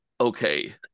okay